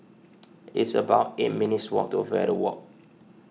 it's about eight minutes' walk to Verde Walk